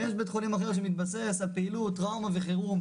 ויש בית חולים אחר שמתבסס על פעילות טראומה וחירום,